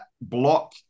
block